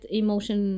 emotion